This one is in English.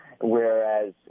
whereas